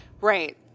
Right